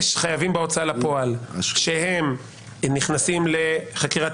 יש חייבים בהוצאה לפועל שנכנסים לחקירת